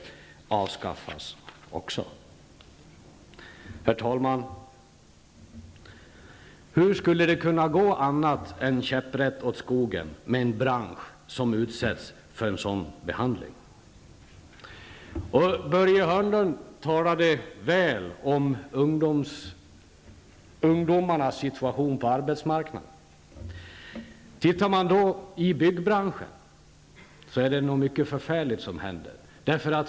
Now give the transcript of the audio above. Herr talman! Hur skulle det kunna gå annat än käpprätt åt skogen för en bransch som utsätts för en sådan behandling. Börje Hörnlund talade väl om ungdomarnas situation på arbetsmarknaden. Tittar man på byggbranschen ser man att det är något mycket förfärligt som händer.